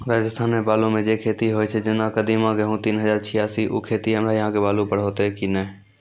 राजस्थान मे बालू मे जे खेती होय छै जेना कदीमा, गेहूँ तीन हजार छियासी, उ खेती हमरा यहाँ के बालू पर होते की नैय?